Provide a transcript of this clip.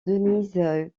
denise